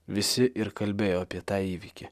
visi ir kalbėjo apie tą įvykį